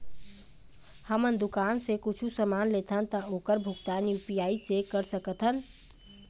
हमन दुकान से कुछू समान लेथन ता ओकर भुगतान यू.पी.आई से कर सकथन?